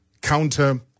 counter